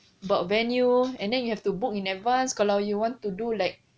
about venue and then you have to book in advance kalau you want to do like